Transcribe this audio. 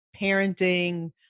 parenting